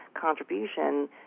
contribution